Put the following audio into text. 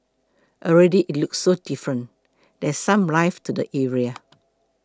already it looks so different there's some life to the area